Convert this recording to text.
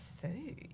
food